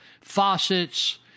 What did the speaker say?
faucets